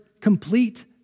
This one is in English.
complete